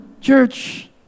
church